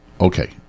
okay